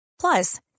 Plus